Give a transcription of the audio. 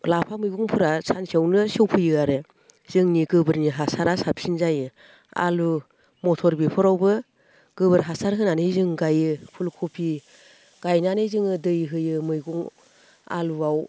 लाफा मैगंफ्रा सानसेयावनो सेवफैयो आरो जोंनि गोबोरनि हासारा साबसिन जायो आलु मथर बेफोरावबो गोबोर हासार होनानै जों गायो फुल खबि गायनानै जोङो दै होयो मैगं आलुआव